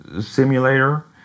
Simulator